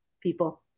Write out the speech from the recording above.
people